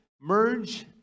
Merge